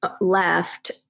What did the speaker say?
left